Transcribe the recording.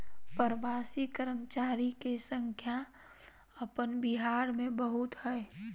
प्रवासी कर्मचारी के संख्या अपन बिहार में बहुत हइ